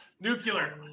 Nuclear